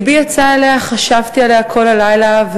לבי יצא אליה, חשבתי עליה כל הלילה.